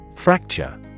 Fracture